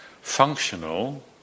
functional